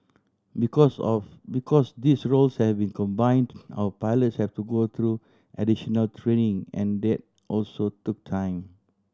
because of because these roles have been combine our pilots have to go through additional training and that also took time